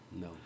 No